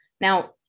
Now